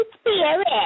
Spirit